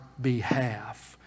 behalf